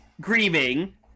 grieving